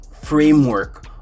framework